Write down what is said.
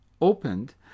opened